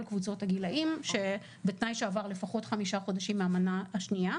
קבוצות הגילאים בתנאי שעברו לפחות חמישה חודשים מהמנה השנייה,